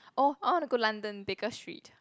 orh I want to go London Baker Street